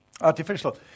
Artificial